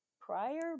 prior